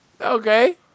okay